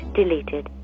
deleted